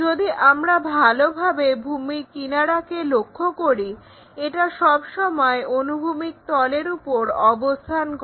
যদি আমরা ভালোভাবে ভূমির কিনারাকে লক্ষ্য করি এটা সব সময় অনুভূমিক তলের উপর অবস্থান করে